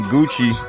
Gucci